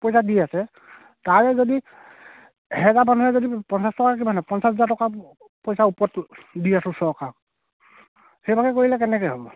পইচা দি আছে তাৰে যদি এহেজাৰ মানুহে যদি পঞ্চাছ টকাকৈ কিমান হয় পঞ্চাছ হাজাৰ টকা পইচা ওপৰত দি আছোঁ চৰকাৰক সেইভাগে কৰিলে কেনেকৈ হ'ব